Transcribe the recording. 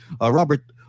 Robert